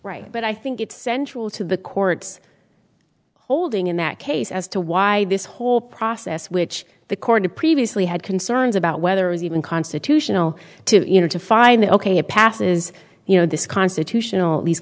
right but i think it's central to the court's holding in that case as to why this whole process which the court to previously had concerns about whether it was even constitutional to you know to find it ok it passes you know this constitutional these